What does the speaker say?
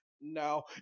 no